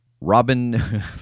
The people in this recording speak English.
Robin